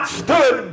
stood